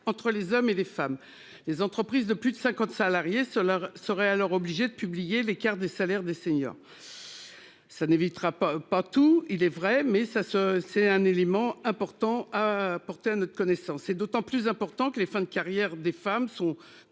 entre les hommes et les femmes. Les entreprises de plus de 50 salariés, cela serait alors obligé de publier l'écart des salaires des seniors. Ça n'évitera pas pas tout, il est vrai, mais ça se, c'est un élément important. Porté à notre connaissance et d'autant plus important que les fins de carrière des femmes sont